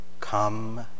come